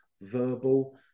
verbal